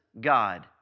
God